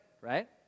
Right